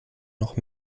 noch